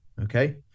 okay